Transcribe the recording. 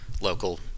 local